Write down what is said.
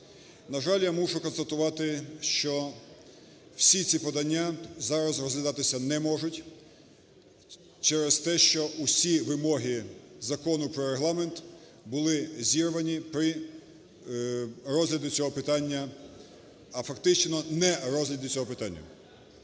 На жаль, я мушу констатувати, що всі ці подання зараз розглядатися не можуть, через те, що всі вимоги Закону про Регламент були зірвані при розгляді цього питання, а фактично нерозгляді цього питання.